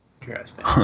Interesting